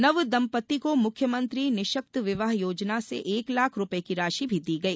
नव दम्पत्ति को मुख्यमंत्री निरूशक्त विवाह योजना से एक लाख रुपये की राशि भी दी गई